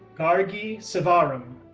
gargi sivaram,